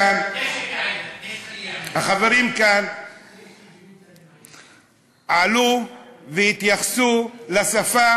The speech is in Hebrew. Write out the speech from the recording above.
החברים כאן עלו והתייחסו לשפה,